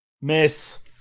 Miss